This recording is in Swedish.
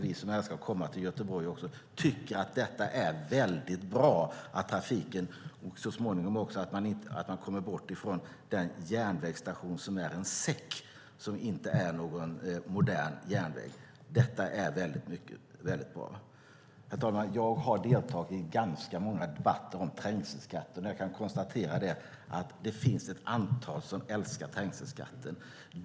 Vi som älskar att komma till Göteborg tycker att det är mycket bra. Så småningom kan vi också komma bort från en järnvägsstation som är en säck och inte modern. Herr talman! Jag har deltagit i ganska många debatter om trängselskatten och kan konstatera att det finns ett antal som älskar trängselskatten.